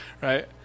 right